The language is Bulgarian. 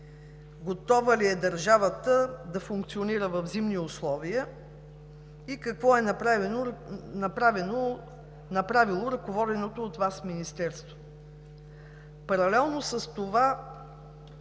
готова ли е държавата да функционира в зимни условия и какво е направило ръководеното от Вас Министерство? Паралелно с това